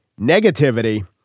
negativity